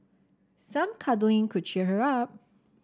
some cuddling could cheer her up